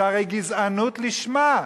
זו הרי גזענות לשמה.